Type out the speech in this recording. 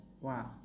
wow